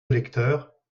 électeurs